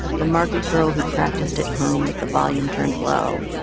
the market girl who practiced at home with the volume turned low,